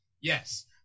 Yes